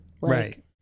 Right